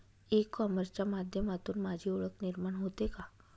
E कॉमर्सच्या माध्यमातून माझी ओळख निर्माण होते का?